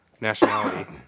nationality